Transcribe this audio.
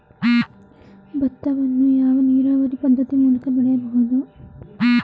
ಭತ್ತವನ್ನು ಯಾವ ನೀರಾವರಿ ಪದ್ಧತಿ ಮೂಲಕ ಬೆಳೆಯಬಹುದು?